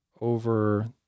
over